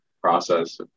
process